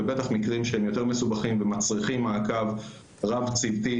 ובטח מקרים שהם יותר מסובכים ומצריכים מעקב רב-צוותי,